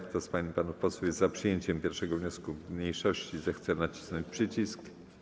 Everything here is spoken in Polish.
Kto z pań i panów posłów jest za przyjęciem 1. wniosku mniejszości, zechce nacisnąć przycisk.